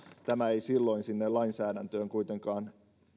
tämä ei silloin sinne lainsäädäntöön kuitenkaan